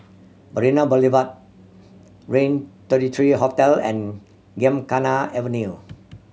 Marina Boulevard Rain thirty three Hotel and Gymkhana Avenue